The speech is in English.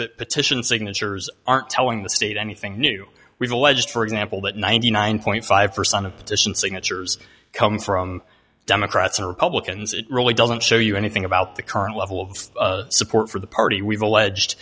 that petition signatures aren't telling the state anything new we've alleged for example that ninety nine point five percent of petition signatures come from democrats or republicans it really doesn't show you anything about the current level of support for the party we've alleged